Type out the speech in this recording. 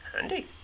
handy